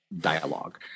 dialogue